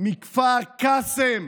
מכפר קאסם.